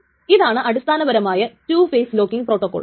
ഇതാണ് അടിസ്ഥാനപരമായ 2 phase locking protocol